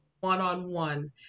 one-on-one